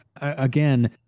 again